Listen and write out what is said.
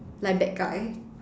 like bad guy